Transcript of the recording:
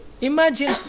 imagine